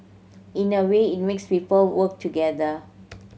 in a way it makes people work together